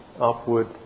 upward